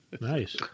Nice